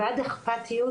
ועד אכפתיות,